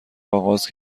آغاز